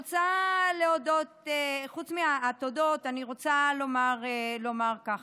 חוץ מהתודות, אני רוצה לומר ככה: